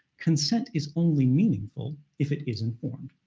consent is only meaningful if it is informed.